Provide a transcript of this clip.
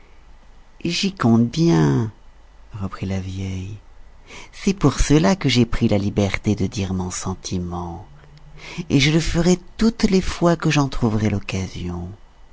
j'y compte bien reprit la vieille c'est pour cela que j'ai pris la liberté de dire mon sentiment et je le ferai toutes les fois que j'en trouverai l'occasion